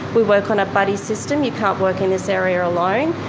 we work on a buddy system, you can't work in this area alone.